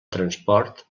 transport